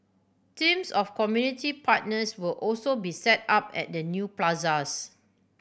teams of community partners will also be set up at the new plazas